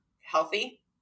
healthy